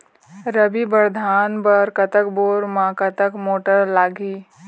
रबी बर धान बर कतक बोर म कतक मोटर लागिही?